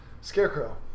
Scarecrow